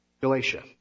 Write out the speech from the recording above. Galatia